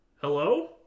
hello